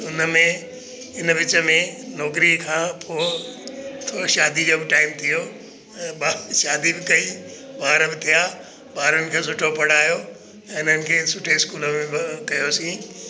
उन में इन विच में नौकरी खां पोइ थोरो शादी जो बि टाइम थियो शादी बि कई ॿार बि थिया ॿारनि खे सुठो पढ़ायो ऐं इन्हनि खे सुठे स्कूल में बि कयोसि